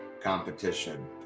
competition